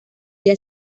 día